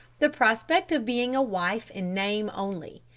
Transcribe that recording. the prospect of being a wife in name only,